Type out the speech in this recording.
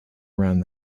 around